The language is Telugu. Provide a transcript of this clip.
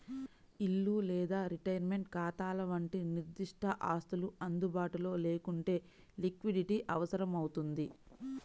ఇల్లు లేదా రిటైర్మెంట్ ఖాతాల వంటి నిర్దిష్ట ఆస్తులు అందుబాటులో లేకుంటే లిక్విడిటీ అవసరమవుతుంది